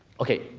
ok.